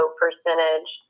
percentage